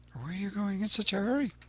are you going in such a hurry?